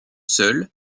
seule